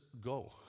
go